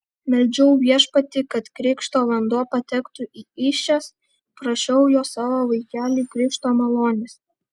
meldžiau viešpatį kad krikšto vanduo patektų į įsčias prašiau jo savo vaikeliui krikšto malonės